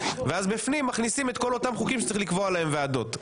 ואז בפנים מכניסים את כל אותם חוקים שצריך לקבוע להם ועדות.